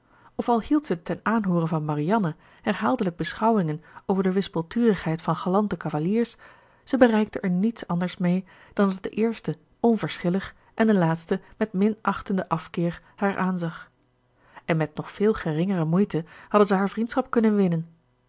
of al hield ze ten aanhoore van marianne herhaaldelijk beschouwingen over de wispelturigheid van galante cavaliers zij bereikte er niet anders mee dan dat de eerste onverschillig en de laatste met minachtenden afkeer haar aanzag en met nog veel geringere moeite hadden ze haar vriendschap kunnen winnen